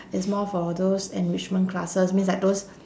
it's more for those enrichment classes means like those